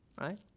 right